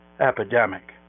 epidemic